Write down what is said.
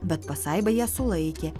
bet pasaiba ją sulaikė